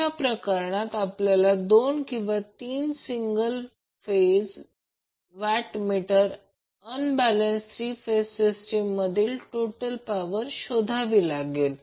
अशा प्रकरणात आपल्याला दोन किंवा तीन single phase watt meter unbalance 3 phase system मधील टोटल पॉवर शोधावी लागेल